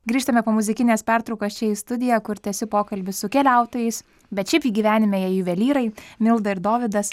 grįžtame po muzikinės pertraukos čia į studiją kur tęsiu pokalbį su keliautojais bet šiaip jie gyvenime juvelyrai milda ir dovydas